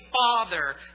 Father